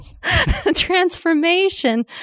transformation